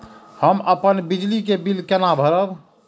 हम अपन बिजली के बिल केना भरब?